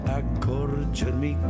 accorgermi